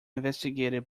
investigated